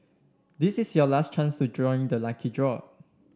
this is your last chance to join the lucky draw